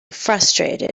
frustrated